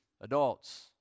adults